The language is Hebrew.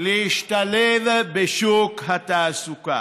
להשתלב בשוק התעסוקה.